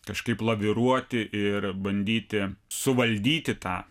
kažkaip laviruoti ir bandyti suvaldyti tą